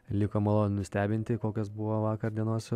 liko maloniai nustebinti kokios buvo vakar dienos